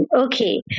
Okay